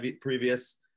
previous